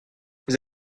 vous